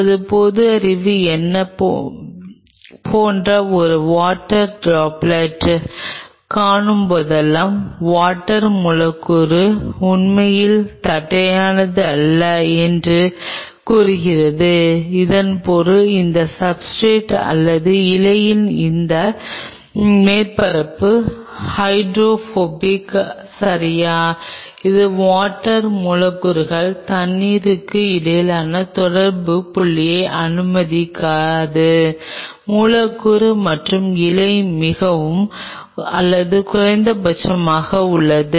நமது பொது அறிவு என்ன போன்ற ஒரு வாட்டர் ட்ராப்லெட் காணும்போதெல்லாம் வாட்டர் மூலக்கூறு உண்மையில் தட்டையானது அல்ல என்று கூறுகிறது இதன் பொருள் இந்த சப்ஸ்ர்டேட் அல்லது இலையின் இந்த மேற்பரப்பு ஹைட்ரோபோபிக் சரியா இது வாட்டர் மூலக்கூறுகளை தண்ணீருக்கு இடையிலான தொடர்பு புள்ளியை அனுமதிக்காது மூலக்கூறு மற்றும் இலை மிகவும் அல்லது குறைந்தபட்சமாக உள்ளது